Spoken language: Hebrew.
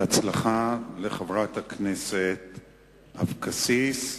בהצלחה לחברת הכנסת אבקסיס.